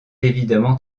évidemment